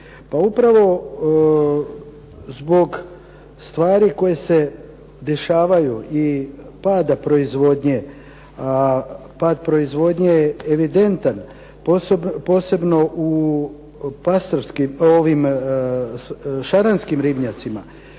upravo zbog stvari koje se dešavaju i pada proizvodnje, a pad proizvodnje je evidentan, posebno u pastrvskim,